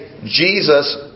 Jesus